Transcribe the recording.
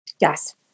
Yes